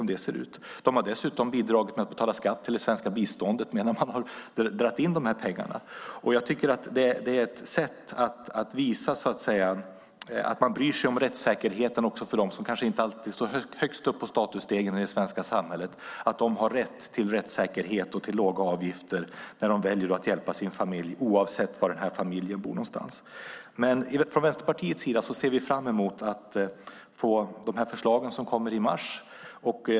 De har dessutom bidragit till det svenska biståndet genom att betala skatt under tiden som de har dragit in de här pengarna. Jag tycker att det är ett sätt att visa att man bryr sig om rättssäkerheten också för dem som kanske inte alltid står högst upp på statusstegen i det svenska samhället. De har rätt till rättssäkerhet och låga avgifter när de väljer att hjälpa sin familj oavsett var familjen bor någonstans. Vi i Vänsterpartiet ser fram emot att få de förslag som kommer i mars.